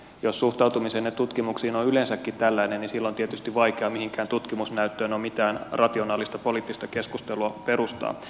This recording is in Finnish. jos suhtautumisenne tutkimuksiin on yleensäkin tällainen niin silloin tietysti vaikea mihinkään tutkimusnäyttöön on mitään rationaalista poliittista keskustelua perustaa